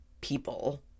people